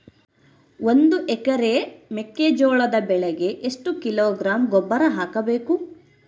ಒಂದು ಎಕರೆ ಮೆಕ್ಕೆಜೋಳದ ಬೆಳೆಗೆ ಎಷ್ಟು ಕಿಲೋಗ್ರಾಂ ಗೊಬ್ಬರ ಹಾಕಬೇಕು?